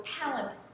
talent